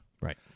Right